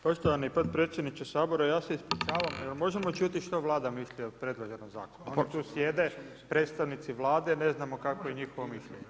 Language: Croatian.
Poštovani potpredsjedniče Sabora, ja se ispričavam, jel možemo čuti što vlada misli o predloženog zakona, koji tu sjede predstavnici Vlade, ne znamo kakvo je njihovo mišljenje.